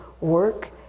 work